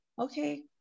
okay